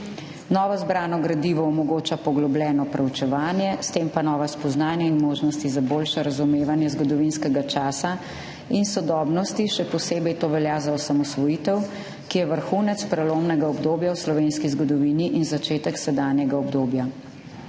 Novo zbrano gradivo omogoča poglobljeno preučevanje, s tem pa nova spoznanja in možnosti za boljše razumevanje zgodovinskega časa in sodobnosti, še posebej to velja za osamosvojitev, ki je vrhunec prelomnega obdobja v slovenski zgodovini in začetek sedanjega obdobja.